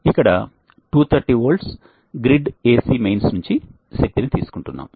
ఇక్కడ 230V grid AC mains నుండి శక్తిని తీసుకుంటున్నాం